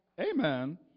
Amen